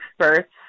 experts